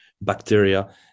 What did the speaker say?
bacteria